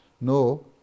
No